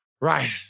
Right